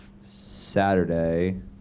Saturday